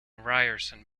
ryerson